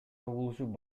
чогулуп